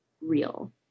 real